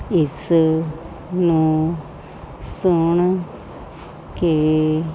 ਇਸ ਨੂੰ ਸੁਣ ਕੇ